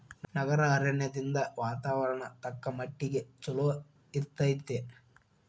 ನಗರ ಅರಣ್ಯದಿಂದ ವಾತಾವರಣ ತಕ್ಕಮಟ್ಟಿಗೆ ಚಲೋ ಇರ್ತೈತಿ